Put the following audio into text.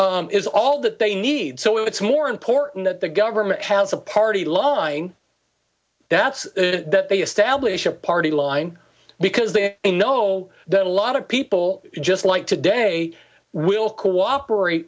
cooperation is all that they need so it's more important that the government has a party line that's that they establish a party line because they know that a lot of people just like today will cooperate